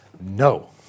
no